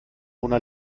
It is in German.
mona